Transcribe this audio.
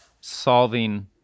solving